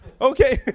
Okay